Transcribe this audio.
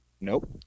Nope